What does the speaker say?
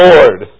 Lord